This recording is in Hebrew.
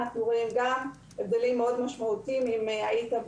אנחנו רואים הבדלים מאוד משמעותיים אם לא